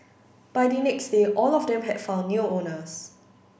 by the next day all of them had found new owners